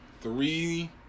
three